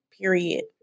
period